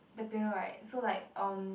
the piano right so like um